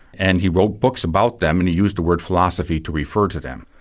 and he wrote books about them, and he used the word philosophy to refer to them.